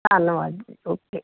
ਧੰਨਵਾਦ ਜੀ ਓਕੇ